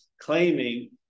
claiming